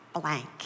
blank